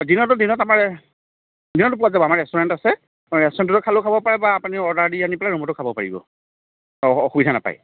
দিনতো দিনত আমাৰ দিনতো পোৱা যাব আমাৰ ৰেষ্টোৰেণ্ট আছে ৰেষ্টোৰেণ্টত খালেও খাব পাৰে বা আপুনি অৰ্ডাৰ দি আনি পেলাই ৰুমতো খাব পাৰিব অ অসুবিধা নাপায়